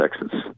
Texas